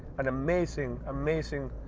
an amazing, amazing,